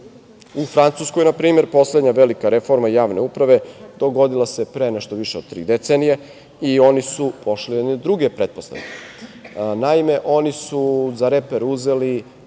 Francuskoj, na primer, poslednja velika reforma javne uprave dogodila se pre nešto više od tri decenije. Oni su pošli od jedne druge pretpostavke. Naime, oni su za reper uzeli